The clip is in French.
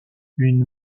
une